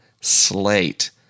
slate